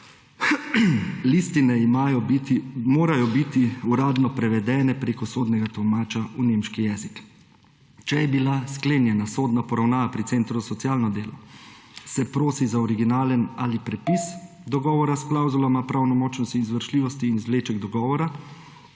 Listine morajo biti uradno prevedene preko sodnega tolmača v nemški jezik. Če je bila sklenjena sodna poravnava pri centru za socialno delo, se prosi za originalen ali prepis dogovora s klavzulama o pravnomočnosti, izvršljivosti in izvleček dogovora,